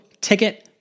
ticket